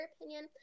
opinion